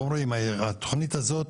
התכנית הזאת